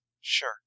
Sure